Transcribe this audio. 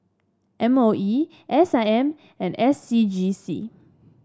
M O E S I M and S C G C